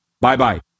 Bye-bye